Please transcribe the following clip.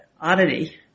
oddity